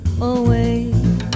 away